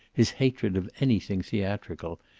his hatred of anything theatrical,